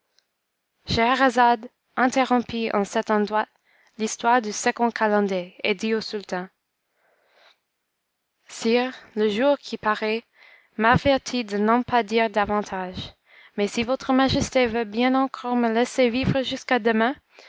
scheherazade interrompit en cet endroit l'histoire du second calender et dit au sultan sire le jour qui paraît m'avertit de n'en pas dire davantage mais si votre majesté veut bien encore me laisser vivre jusqu'à demain